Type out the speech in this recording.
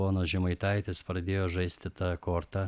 ponas žemaitaitis pradėjo žaisti ta korta